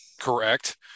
Correct